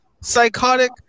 psychotic